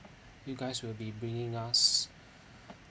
you guys will be bringing us